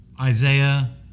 Isaiah